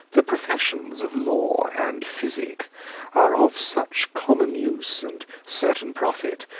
the professions of law and physic are of such common use and certain profit,